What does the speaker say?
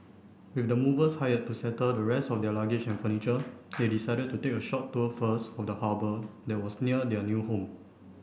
with the movers hired to settle the rest of their luggage and furniture they decided to take a short tour first of the harbour that was near their new home